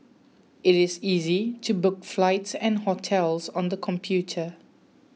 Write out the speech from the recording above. it is easy to book flights and hotels on the computer